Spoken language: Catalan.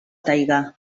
taigà